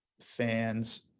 fans